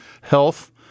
Health